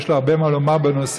יש לו הרבה מה לומר בנושאים,